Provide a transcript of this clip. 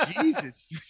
Jesus